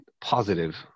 positive